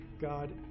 God